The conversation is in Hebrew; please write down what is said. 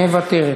מוותרת.